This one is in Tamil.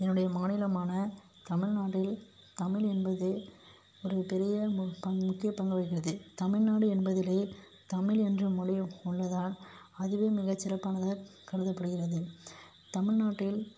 என்னுடைய மாநிலமான தமிழ்நாடு தமிழ் என்பது ஒரு பெரிய மு பங் முக்கிய பங்கு வகிக்கிறது தமிழ்நாடு என்பதுலேயே தமிழ் என்ற மொழியும் உள்ளதால் அதுவே மிக சிறப்பானதாக கருதப்படுகிறது தமிழ்நாட்டில்